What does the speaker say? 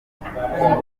guturika